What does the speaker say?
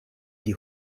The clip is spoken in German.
die